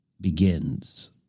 begins